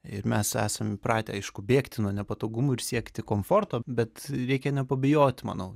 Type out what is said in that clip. ir mes esam įpratę aišku bėgti nuo nepatogumų ir siekti komforto bet reikia nepabijot manau